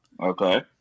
okay